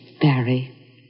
Barry